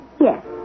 yes